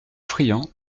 friant